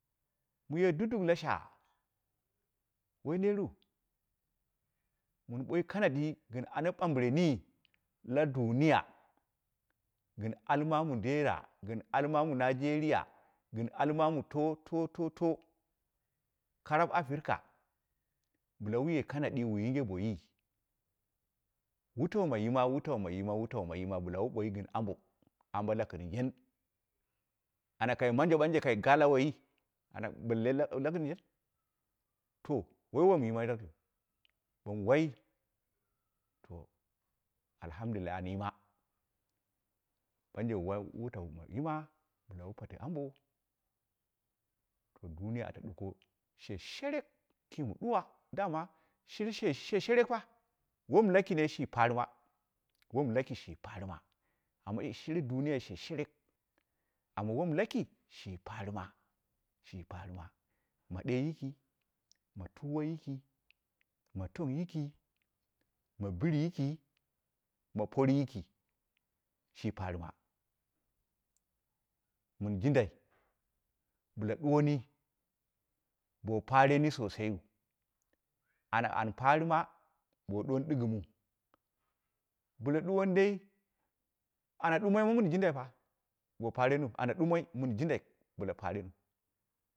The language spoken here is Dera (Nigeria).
Muye duduk la shagha woi neer u, muu ɓoi kanadi gɨn ana ɓambɨrenyi la duniya, gɨn ali mamu dera gɨn ali mamu najeriya gɨn ali mamu to- to- to karap africa bɨla wuye kanadi wu yinge boiyi, wutaye ma yima, wutau ma yima, wutau mu yima bɨla wu boi gɨn ambo ambo lakɨrjen ana kai manji ɓanje, kai ga la woiyi ana bello lakirjen, to woi womu yina yikin, bomu wai to alhamdu an yima, benje wu woi wutau ma yima, bɨla wu pate ambo to duniya ata ɗuko she sherek kima duwa, dama shire she sherek pu, wam laki dui shi paghrema, wan laki shi paghrema, amma shire dumi ya she sherek, amma wom laki shi paghrema, shi paghrema ma ɗee yiki, ma tuwa yiki ma tong yiki, ma bɨri yiki ma pori yiki, shi paghrema mun jindai bɨla duwani, bo paighreni sosai wu, anu an paghrema bo duwani digɨm u bɨla duwani dai ana dumoi ma mun jundui pa bo paghreni ana ɗumoi min jindai bɨlu paghrewu.